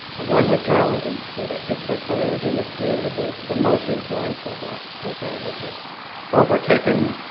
one was journalism, where the pittsburgh courier, during this period, was the most influential black paper. it had overtaken,